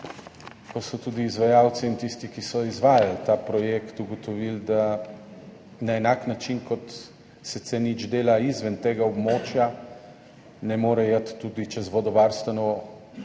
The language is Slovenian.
ko so tudi izvajalci in tisti, ki so izvajali ta projekt, ugotovili, da na enak način, kot se C0 dela izven tega območja, ne more iti čez vodovarstveno